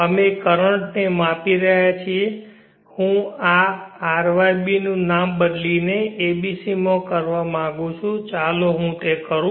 અમે કરંન્ટ ને માપી રહ્યા છીએ હવે હું આ RYB નું નામ બદલીને abc માં કરવા માંગુ છું ચાલો હું તે કરું